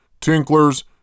Tinklers